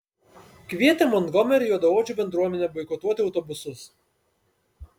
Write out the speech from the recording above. kvietė montgomerio juodaodžių bendruomenę boikotuoti autobusus